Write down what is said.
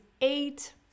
eight